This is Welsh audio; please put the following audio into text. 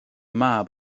mab